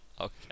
Okay